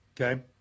Okay